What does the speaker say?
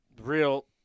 real